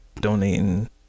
donating